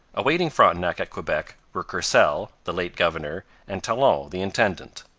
awaiting frontenac at quebec were courcelles, the late governor, and talon the intendant.